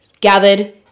gathered